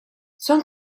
son